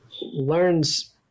learns